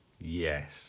yes